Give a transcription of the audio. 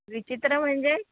विचित्र म्हणजे